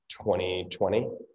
2020